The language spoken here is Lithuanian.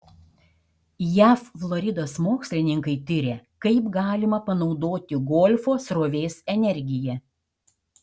jav floridos mokslininkai tiria kaip galima panaudoti golfo srovės energiją